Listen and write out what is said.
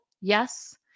Yes